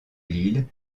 l’île